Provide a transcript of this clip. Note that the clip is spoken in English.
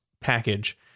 package